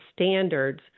standards